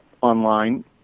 online